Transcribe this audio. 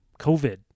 COVID